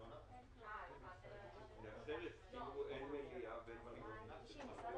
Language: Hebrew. לא הצלחנו להגיע להסכמה